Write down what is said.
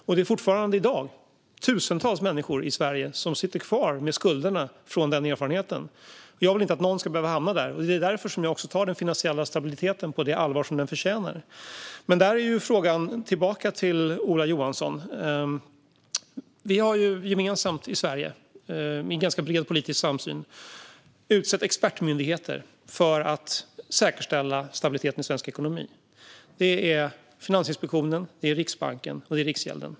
Det finns fortfarande i dag tusentals människor i Sverige som sitter kvar med skulderna från den erfarenheten. Jag vill inte att någon ska behöva hamna där. Därför tar jag också den finansiella stabiliteten på det allvar som den förtjänar. Jag vill ställa en fråga tillbaka till Ola Johansson. Vi har gemensamt i Sverige, med ganska bred politisk samsyn, utsett expertmyndigheter för att säkerställa stabiliteten i svensk ekonomi. Det är Finansinspektionen, det är Riksbanken och det är Riksgälden.